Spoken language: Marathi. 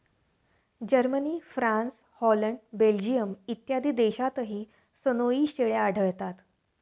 जर्मनी, फ्रान्स, हॉलंड, बेल्जियम इत्यादी देशांतही सनोई शेळ्या आढळतात